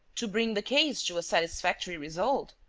to bring the case to a satisfactory result,